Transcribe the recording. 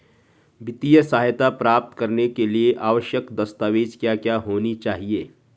वित्तीय सहायता प्राप्त करने के लिए आवश्यक दस्तावेज क्या क्या होनी चाहिए?